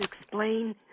explain